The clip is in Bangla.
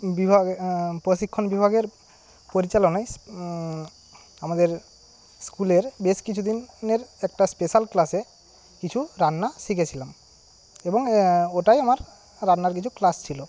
বিভাগ প্রশিক্ষণ বিভাগের পরিচালনায় আমাদের স্কুলের বেশ কিছুদিনের একটা স্পেশাল ক্লাসে কিছু রান্না শিখেছিলাম এবং ওটায় আমার রান্নার কিছু ক্লাস ছিলো